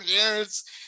parents